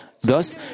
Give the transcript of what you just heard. Thus